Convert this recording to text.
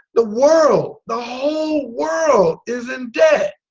the world the whole world is in debt